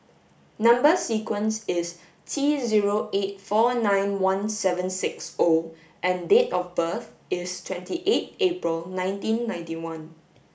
number sequence is T zero eight four nine one seven six O and date of birth is twenty eight April nineteen ninety one